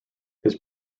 this